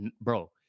bro